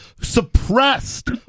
suppressed